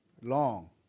long